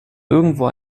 irgendwo